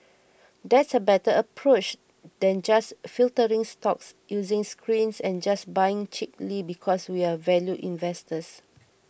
that's a better approach than just filtering stocks using screens and just buying cheaply because we're value investors